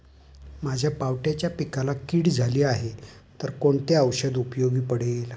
माझ्या पावट्याच्या पिकाला कीड झाली आहे तर कोणते औषध उपयोगी पडेल?